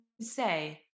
say